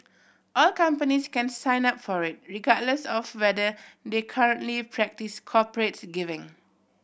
all companies can sign up for it regardless of whether they currently practise corporates giving